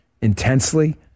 intensely